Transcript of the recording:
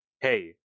Hey